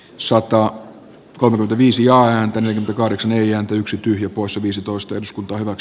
sotaa korpi viisi ääntä kahdeksan neljä yksi tyhjä poissa viisitoista iskut toivat